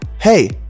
hey